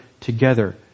together